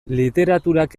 literaturak